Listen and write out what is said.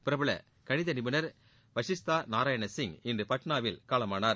பிரபல கணித நிபுணர் வஷிஸ்தா நாராயணசிங் இன்று பாட்னாவில் காலமானார்